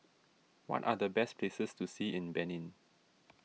what are the best places to see in Benin